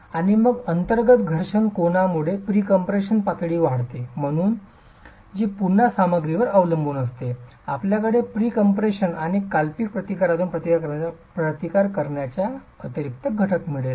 आणि मग अंतर्गत घर्षण कोनामुळे प्रीकम्प्रेशन पातळी वाढते जी पुन्हा सामग्रीवर अवलंबून असते आपल्याकडे प्रीकम्प्रेशन आणि कल्पित प्रतिकारातून प्रतिकार करण्याचा अतिरिक्त घटक मिळेल